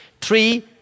Three